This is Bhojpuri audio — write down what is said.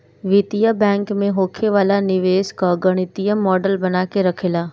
वित्तीय बैंक में होखे वाला निवेश कअ गणितीय मॉडल बना के रखेला